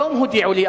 היום הודיעו לי,